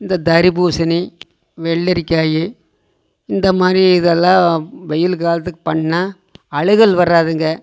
இந்த தர்பூசணி வெள்ளரிக்காய் இந்த மாதிரி இதெல்லாம் வெயில் காலத்துக்கு பண்ணால் அழுகல் வராதுங்க